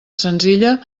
senzilla